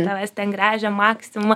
tavęs ten gręžia maksimumą